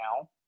now